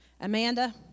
Amanda